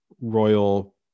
Royal